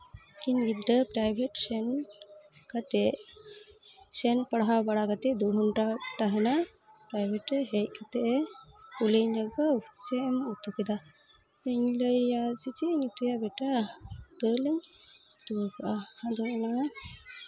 ᱩᱱᱠᱤᱱ ᱜᱤᱫᱽᱨᱟᱹ ᱯᱨᱟᱭᱵᱷᱮᱴ ᱥᱮᱱ ᱠᱟᱛᱮᱫ ᱥᱮᱱ ᱯᱟᱲᱦᱟᱣ ᱵᱟᱲᱟ ᱠᱟᱛᱮᱫ ᱫᱩ ᱜᱷᱚᱱᱴᱟ ᱜᱟᱡ ᱛᱟᱦᱮᱱᱟ ᱯᱨᱟᱭᱵᱷᱮᱴ ᱨᱮ ᱦᱮᱡ ᱠᱟᱛᱮᱫ ᱮ ᱠᱩᱞᱤᱭᱮᱧᱟ ᱠᱚ ᱪᱮᱫ ᱮᱢ ᱩᱛᱩ ᱠᱮᱫᱟ ᱤᱧ ᱞᱟᱹᱭ ᱟᱭᱟ ᱪᱮᱫ ᱤᱧ ᱩᱛᱩᱭᱟ ᱵᱮᱴᱟ ᱫᱟᱹᱞ ᱮᱢ ᱩᱛᱩ ᱠᱟᱜᱼᱟ ᱟᱫᱚ ᱚᱱᱟ